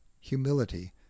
humility